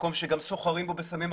מקום שגם סוחרים בו בסמים,